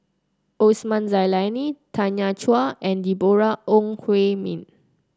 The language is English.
Osman Zailani Tanya Chua and Deborah Ong Hui Min